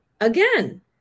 again